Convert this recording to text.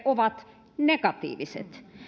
ovat negatiiviset